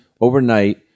overnight